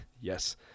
Yes